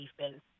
defense